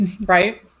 right